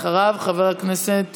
אחריו, חבר הכנסת